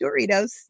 Doritos